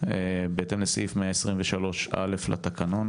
בהתאם לסעיף 123א לתקנון